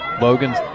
Logan